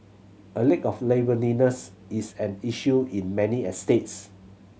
a lack of neighbourliness is an issue in many estates